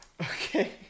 Okay